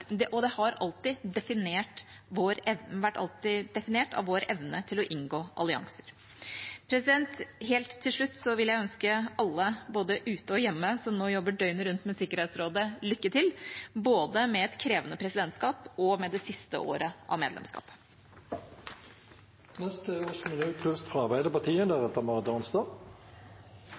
har alltid vært definert av vår evne til å inngå allianser. Helt til slutt vil jeg ønske alle, både ute og hjemme, som nå jobber døgnet rundt med Sikkerhetsrådet, lykke til – både med et krevende presidentskap og med det siste året av medlemskapet.